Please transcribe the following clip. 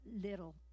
little